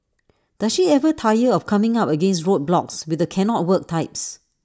does she ever tire of coming up against roadblocks with the cannot work types